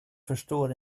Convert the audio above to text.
förstår